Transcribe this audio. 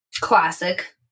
Classic